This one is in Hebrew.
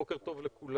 בוקר טוב לכולם,